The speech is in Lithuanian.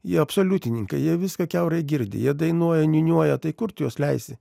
jie absoliutininkai jie viską kiaurai girdi jie dainuoja niūniuoja tai kur tu juos leisi